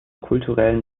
kulturellen